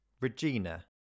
Regina